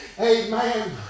amen